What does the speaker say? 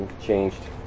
changed